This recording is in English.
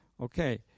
Okay